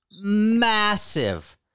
massive